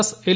S L